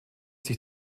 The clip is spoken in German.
sich